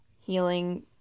healing